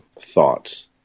thoughts